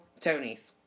Tony's